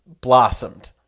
blossomed